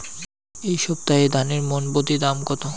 এই সপ্তাহে ধানের মন প্রতি দাম কত?